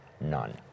None